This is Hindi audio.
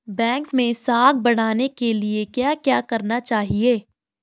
बैंक मैं साख बढ़ाने के लिए क्या क्या करना चाहिए?